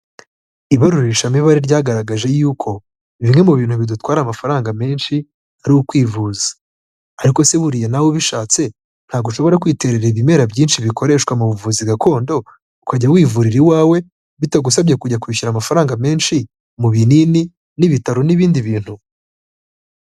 Ibarurishamibare ryagaragaje y'uko, bimwe mu bintu bidutwara amafaranga menshi ari ukwivuza, ariko se buriya nawe ubishatse, nabwo ushobora kwiterera ibimera byinshi bikoreshwa mu buvuzi gakondo, ukajya wivurira iwawe, bitagusabye kujya kwishyura amafaranga menshi, mu binini n'ibitaro n'ibindi bintu?